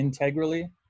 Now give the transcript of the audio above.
integrally